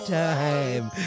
time